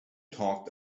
talked